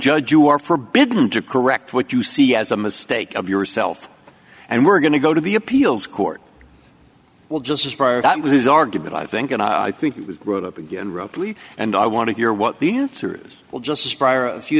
judge you are forbidden to correct what you see as a mistake of yourself and we're going to go to the appeals court well just prior that was his argument i think and i think it was brought up again roughly and i want to hear what the answer is well just a